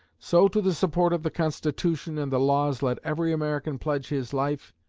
so to the support of the constitution and the laws let every american pledge his life,